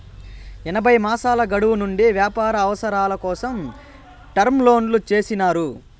ఎనభై మాసాల గడువు నుండి వ్యాపార అవసరాల కోసం టర్మ్ లోన్లు చేసినారు